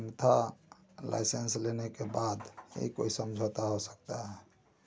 अन्यथा लाइसेंस लेने के बाद ही कोई समझौता हो सकता है